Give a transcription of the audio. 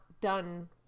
done